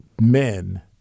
men